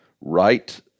right